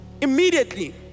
immediately